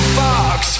fox